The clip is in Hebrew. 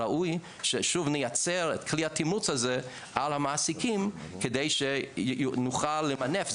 ראוי ששוב נייצר את כלי התמרוץ הזה על המעסיקים כדי שנוכל למנף.